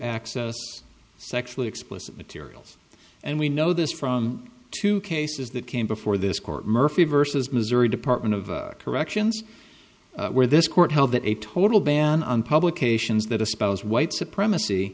access sexually explicit materials and we know this from two cases that came before this court murphy vs missouri department of corrections where this court held that a total ban on publications that espouse white supremacy